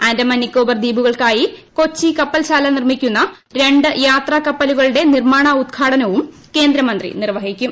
ആൻഡമാൻ നിക്കോബാർ ദ്വീപുകൾക്കായി കൊച്ചി കപ്പൽശാല നിർമ്മിക്കുന്ന രണ്ടു യാത്രാകപ്പലുകളുടെ നിർമാണോദ്ഘാടനവും കേന്ദ്രമന്ത്രി നിർവ്വഹിക്കും